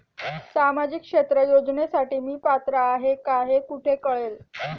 सामाजिक क्षेत्र योजनेसाठी मी पात्र आहे का हे कुठे कळेल?